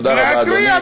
תודה רבה, אדוני.